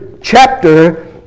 chapter